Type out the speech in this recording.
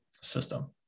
system